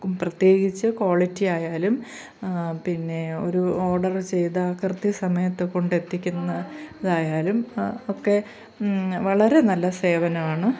പ്രത്യേകിച്ച് ക്വാളിറ്റി ആയാലും പിന്നെ ഒരു ഓഡറ് ചെയ്ത കൃത്യസമയത്ത് കൊണ്ടെത്തിക്കുന്ന ഇതായാലും ഒക്കെ വളരെ നല്ല സേവനമാണ്